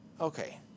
Okay